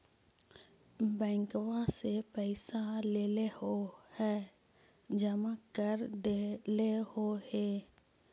बैंकवा से पैसवा लेलहो है जमा कर देलहो हे?